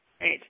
Eight